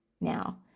now